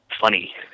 funny